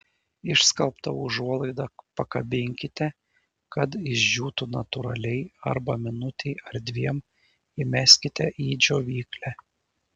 išskalbtą užuolaidą pakabinkite kad išdžiūtų natūraliai arba minutei ar dviem įmeskite į džiovyklę